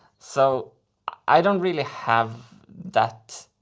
so i don't really have that.